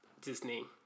disney